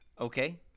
Okay